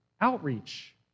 outreach